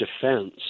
defense